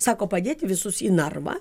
sako padėti visus į narvą